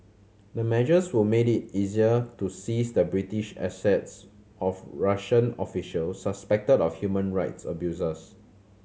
the measures would make it easier to seize the British assets of Russian officials suspected of human rights abuses